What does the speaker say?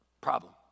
Problem